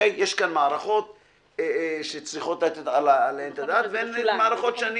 יש כאן מערכות שצריכות לתת את הדעת והן מערכות שאני